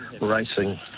racing